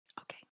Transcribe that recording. Okay